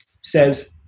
says